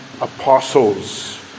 apostles